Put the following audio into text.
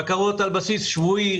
בקרות על בסיס שבועי,